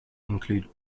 include